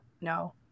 no